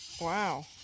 Wow